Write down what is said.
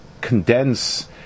condense